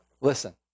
Listen